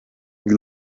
you